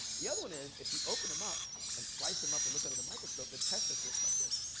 the other one is, if you open them up, and slice em up and look at it in a microscope, their testes looks like this.